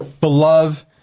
beloved